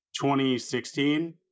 2016